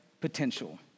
potential